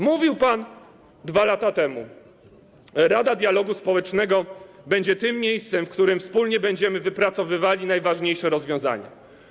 Mówił pan 2 lata temu: Rada Dialogu Społecznego będzie tym miejscem, w którym wspólnie będziemy wypracowywali najważniejsze rozwiązania.